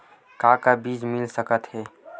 का का बीज मिल सकत हे?